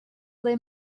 ble